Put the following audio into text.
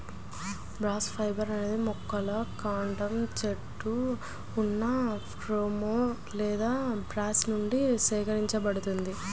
bast fibre అనేది మొక్కల కాండం చుట్టూ ఉన్న ఫ్లోయమ్ లేదా బాస్ట్ నుండి సేకరించబడుతుంది